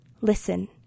Listen